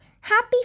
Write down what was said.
Happy